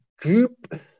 group